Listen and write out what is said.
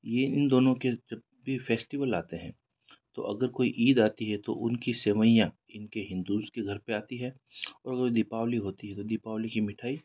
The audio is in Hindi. यह इन दोनों के जब भी फ़ेस्टिवल आते हैं तो अगर कोई ईद आती है तो उनकी सेवइयाँ इनके हिंदूज़ के घर पर आती है और वह दीपावली होती है दीपावली की मिठाई